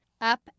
up